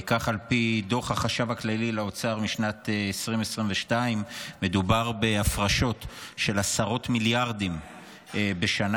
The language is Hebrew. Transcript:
כך על פי דוח החשב הכללי לאוצר משנת 2022. מדובר בהפרשות של עשרות מיליארדים בשנה,